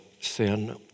sin